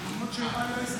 עד ארבע דקות